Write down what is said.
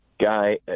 guy